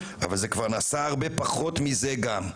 אבל זה כבר נעשה הרבה פחות מזה גם.